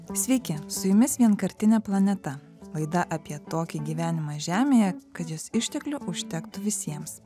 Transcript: sveiki su jumis vienkartinė planeta laida apie tokį gyvenimą žemėje kad jos išteklių užtektų visiems